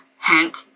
hint